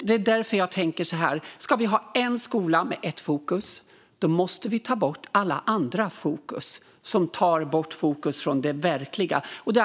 Det är därför jag tänker att om vi ska ha en skola med ett fokus måste vi ta bort alla andra fokus som tar bort fokus från det verkligt viktiga.